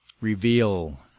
reveal